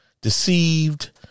deceived